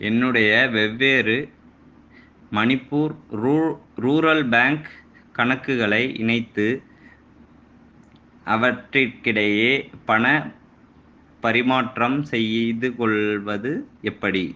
என்னுடைய வெவ்வேறு மணிப்பூர் ரூ ரூரல் பேங்க் கணக்குகளை இணைத்து அவற்றுக்கிடையே பணப் பரிமாற்றம் செய்துகொள்வது எப்படி